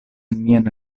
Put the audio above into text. mian